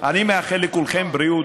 אני מאחל לכולכם בריאות,